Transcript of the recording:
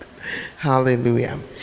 hallelujah